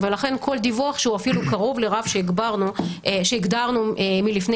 ולכן כל דיווח שהוא אפילו קרוב לרף שהגדרנו מלפני